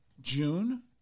June